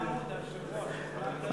לשנת הכספים 2013,